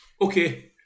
Okay